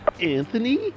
Anthony